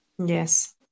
yes